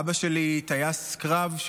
אבא שלי טייס קרב,